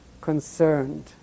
concerned